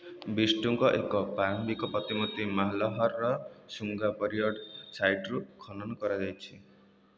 ବିଷ୍ଣୁଙ୍କ ଏକ ପ୍ରାରମ୍ଭିକ ପ୍ରତିମୂର୍ତ୍ତି ମାଲହରର ଶୁଙ୍ଗା ପିରିୟଡ଼୍ ସାଇଟ୍ରୁ ଖନନ କରାଯାଇଛି